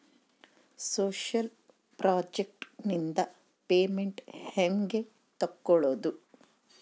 Social project ನಿಂದ payment ಹೆಂಗೆ ತಕ್ಕೊಳ್ಳದು?